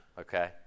okay